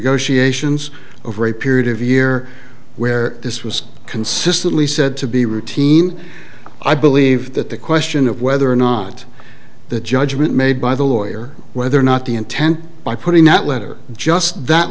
negotiations over a period of year where this was consistently said to be routine i believe that the question of whether or not the judgment made by the lawyer whether or not the intent by putting that letter just that